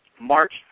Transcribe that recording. March